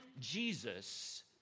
jesus